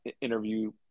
interview